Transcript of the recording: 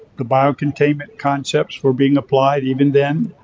the bio-containment concepts were being applied even then,